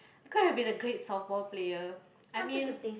I could have been a great softball player I mean